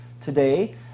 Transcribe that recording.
today